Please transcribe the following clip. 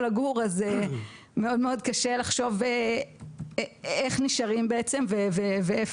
לגור אז מאוד קשה לחשוב איך נשארים ואיפה.